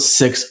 six